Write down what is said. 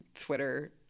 Twitter